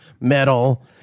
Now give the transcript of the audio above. metal